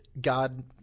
God